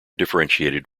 differentiated